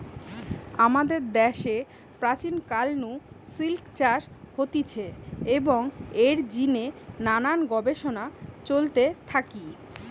আমাদের দ্যাশে প্রাচীন কাল নু সিল্ক চাষ হতিছে এবং এর জিনে নানান গবেষণা চলতে থাকি